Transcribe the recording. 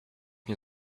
nie